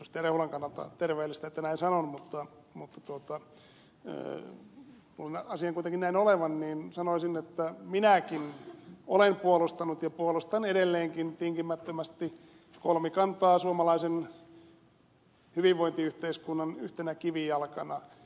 rehulan kannalta terveellistä että näin sanon mutta kun asian kuitenkin näen näin olevan sanoisin että minäkin olen puolustanut ja puolustan edelleenkin tinkimättömästi kolmikantaa suomalaisen hyvinvointiyhteiskunnan yhtenä kivijalkana